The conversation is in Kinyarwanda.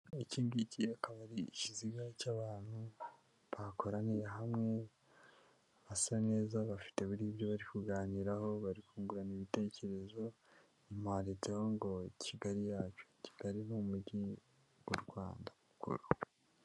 Iki ngiki akaba ari ikiziga cy'abantu bakoraniye hamwe basa neza bafite buriya ibyo bari kuganiraho, bari kungurana ibitekerezo. Inyuma handitseho ngo Kigali yacu. Kigali ni mujyi mu Rwanda mukuru.